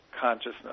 consciousness